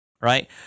right